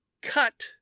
cut